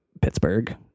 Pittsburgh